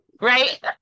right